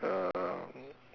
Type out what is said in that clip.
um